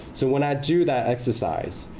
so when i do that exercise,